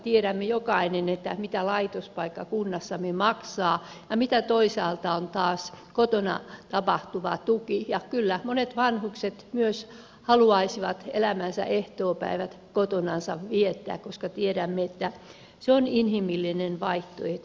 tiedämme jokainen mitä laitospaikka kunnassamme maksaa ja mitä toisaalta on taas kotona tapahtuva tuki ja kyllä monet vanhukset myös haluaisivat elämänsä ehtoopäivät kotonansa viettää koska tiedämme että se on inhimillinen vaihtoehto